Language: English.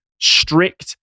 strict